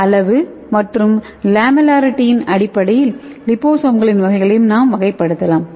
அளவு மற்றும் லேமல்லரிட்டியின் அடிப்படையில் லிபோசோம்களின் வகைகளையும் நாம் வகைப்படுத்தலாம்